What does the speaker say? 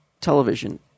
television